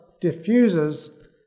diffuses